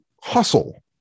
hustle